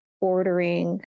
ordering